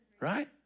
right